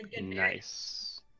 Nice